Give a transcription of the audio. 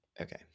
Okay